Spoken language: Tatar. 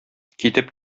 китеп